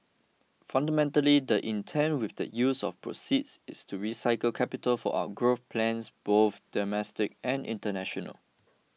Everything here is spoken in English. fundamentally the intent with the use of proceeds is to recycle capital for our growth plans both domestic and international